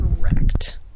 Correct